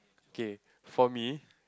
K for me